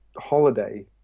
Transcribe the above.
holiday